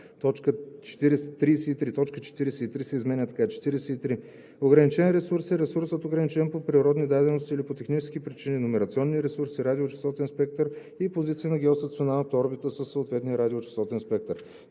Точка 43 се изменя така: „43. „Ограничен ресурс“ е ресурсът, ограничен по природни дадености или по технически причини – номерационни ресурси, радиочестотен спектър и позиции на геостационарната орбита със съответния радиочестотен спектър.“